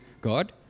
God